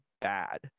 bad